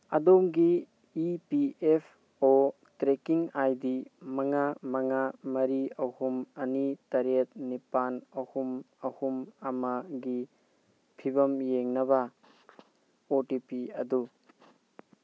ꯑꯗꯣꯝꯒꯤ E P F O tracking I D ꯃꯉꯥ ꯃꯉꯥ ꯃꯔꯤ ꯑꯍꯨꯝ ꯑꯅꯤ ꯇꯔꯦꯠ ꯅꯤꯄꯥꯜ ꯑꯍꯨꯝ ꯑꯍꯨꯝ ꯑꯃꯒꯤ ꯐꯤꯕꯝ ꯌꯦꯡꯅꯕ ꯑꯣ ꯇꯤ ꯄꯤ ꯑꯗꯨ